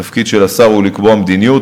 התפקיד של השר הוא לקבוע מדיניות.